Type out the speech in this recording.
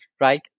right